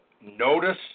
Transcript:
notice